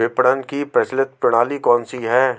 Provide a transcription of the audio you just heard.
विपणन की प्रचलित प्रणाली कौनसी है?